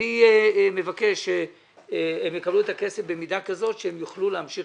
אני מבקש שהם יקבלו את הכסף במידה כזאת שהם יוכלו להמשיך